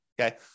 Okay